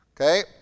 Okay